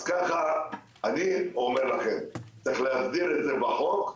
אני אומר לכם, צריך להסדיר את זה בחוק,